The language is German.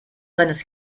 seines